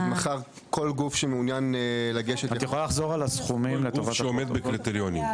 אז מחר כל גוף שמעוניין לגשת --- גוף שעומד בקריטריונים,